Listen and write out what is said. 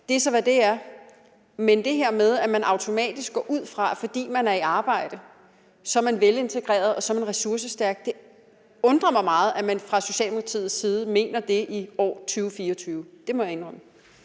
Det er så, hvad det er. Men det her med, at man automatisk går ud fra, at fordi man er i arbejde, så er man velintegreret, og så er man ressourcestærk, undrer det mig meget at man fra Socialdemokratiets side mener i år 2024. Det må jeg indrømme.